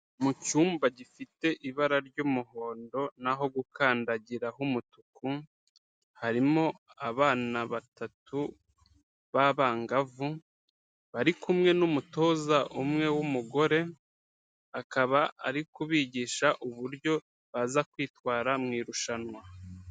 Mu cyumba gifite ibara ry'umuhondo n'aho gukandagira h'umutuku, harimo abana batatu b'abangavu bari kumwe n'umutoza umwe w'umugore, akaba ari kubigisha uburyo baza kwitwara mu irushanwa.